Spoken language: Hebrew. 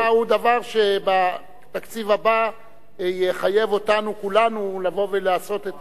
זה דבר שבתקציב הבא יחייב אותנו כולנו לבוא ולעשות את,